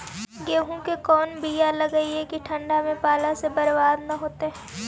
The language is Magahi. गेहूं के कोन बियाह लगइयै कि ठंडा में पाला से बरबाद न होतै?